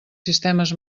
sistemes